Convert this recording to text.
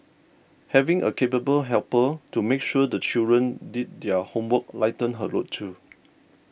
having a capable helper to make sure the children did their homework lightened her load too